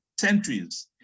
centuries